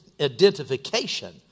identification